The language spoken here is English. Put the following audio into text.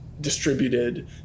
distributed